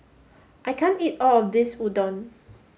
I can't eat all of this Udon